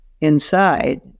inside